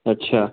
अच्छा